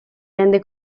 rende